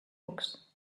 books